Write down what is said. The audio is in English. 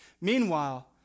Meanwhile